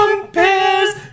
compares